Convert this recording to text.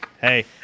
Hey